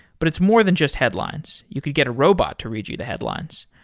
but it's more than just headlines. you could get a robot to read you the headlines.